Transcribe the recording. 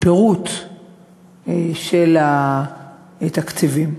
פירוט של התקציבים.